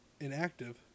inactive